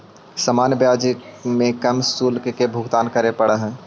सामान्य ब्याज में कम शुल्क के भुगतान करे पड़ऽ हई